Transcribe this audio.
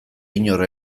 inor